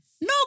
No